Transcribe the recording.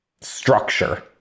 structure